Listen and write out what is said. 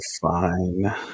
fine